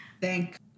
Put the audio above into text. Thank